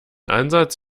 ansatz